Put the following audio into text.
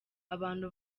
abantu